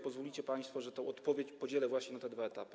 Pozwolicie państwo, że odpowiedź podzielę właśnie na te dwa etapy.